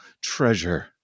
treasure